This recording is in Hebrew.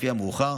לפי המאוחר,